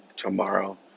tomorrow